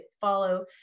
follow